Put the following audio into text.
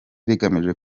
rigamije